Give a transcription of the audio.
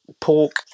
pork